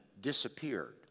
disappeared